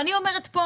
אני אומרת פה,